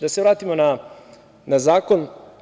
Da se vratimo na zakon.